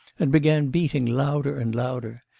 and began beating louder and louder,